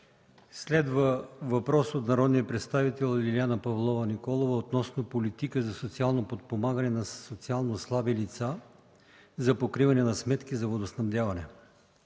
Следва въпрос от народния представител Лиляна Павлова Николова относно политиката за социално подпомагане на социално слаби лица за покриване на сметки за водоснабдяване.